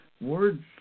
words